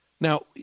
Now